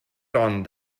done